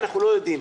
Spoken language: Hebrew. אנחנו לא יודעים.